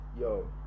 yo